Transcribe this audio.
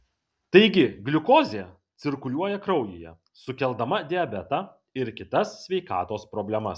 taigi gliukozė cirkuliuoja kraujyje sukeldama diabetą ir kitas sveikatos problemas